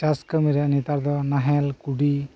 ᱪᱟᱥ ᱠᱟᱹᱢᱤ ᱨᱮ ᱱᱮᱛᱟᱨ ᱫᱚ ᱱᱟᱦᱮᱞ ᱠᱩᱰᱤ